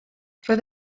roedd